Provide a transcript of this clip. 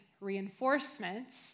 reinforcements